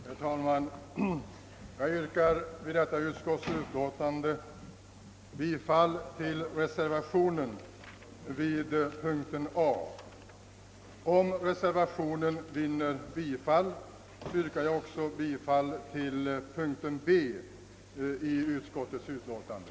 Herr talman! Jag yrkar beträffande detta utskottsutlåtande bifall till reservationen I vid punkten A i utskottets hemställan. Om reservationen vinner bifall, yrkar jag också bifall till punkten B i utskottets hemställan.